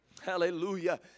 Hallelujah